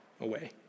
away